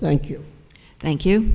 thank you thank you